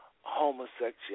homosexuality